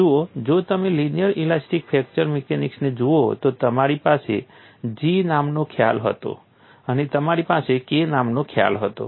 જુઓ જો તમે લિનિયર ઇલાસ્ટિક ફ્રેક્ચર મિકેનિક્સને જુઓ તો તમારી પાસે G નામનો ખ્યાલ હતો અને તમારી પાસે K નામનો ખ્યાલ હતો